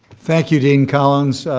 thank you, dean collins.